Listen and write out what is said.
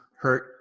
hurt